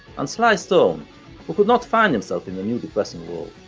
and sly stone, who could not find himself in the new depressing world.